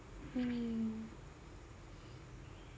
mm